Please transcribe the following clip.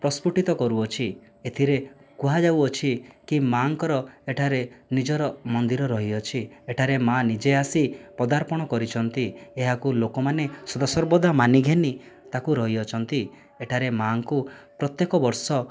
ପ୍ରସ୍ଫୁଠିତ କରୁଅଛି ଏଥିରେ କୁହାଯାଉଅଛି କି ମାଙ୍କର ଏଠାରେ ନିଜର ମନ୍ଦିର ରହିଅଛି ଏଠାରେ ମା ନିଜେ ଆସି ପଦାର୍ପଣ କରିଛନ୍ତି ଏହାକୁ ଲୋକମାନେ ସଦାସର୍ବଦା ମାନିଘେନି ତାକୁ ରହିଅଛନ୍ତି ଏଠାରେ ମାଙ୍କୁ ପ୍ରତ୍ୟେକ ବର୍ଷ